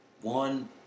one